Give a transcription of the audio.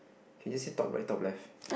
can you say top right top left